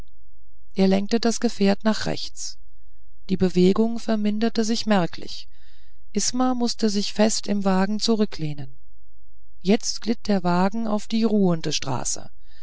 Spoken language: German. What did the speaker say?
er lenkte das gefährt nach rechts die bewegung verminderte sich merklich isma mußte sich fest im wagen zurücklehnen jetzt glitt der wagen auf die ruhende straße